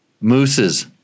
Mooses